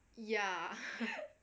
ya